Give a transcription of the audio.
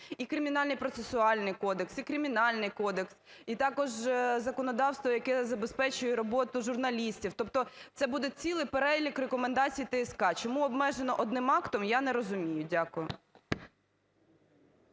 і Кримінальний процесуальний кодекс, і Кримінальний кодекс, і також законодавство, яке забезпечує роботу журналістів. Тобто це буде цілий перелік рекомендацій ТСК. Чому обмежено одним актом, я не розумію. Дякую.